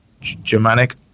Germanic